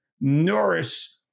nourish